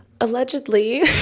allegedly